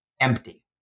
Empty